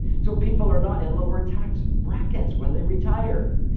so, people are not in lower tax brackets when they retire.